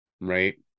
Right